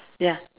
ya